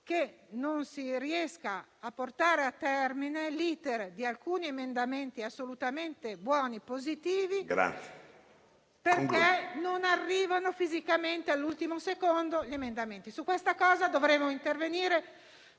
non si riesca a portare a termine l'*iter* di alcune proposte assolutamente buone e positive, perché non arrivano fisicamente, all'ultimo secondo, gli emendamenti. Su questa cosa dovremo intervenire